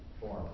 Form